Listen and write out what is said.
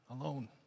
alone